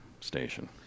station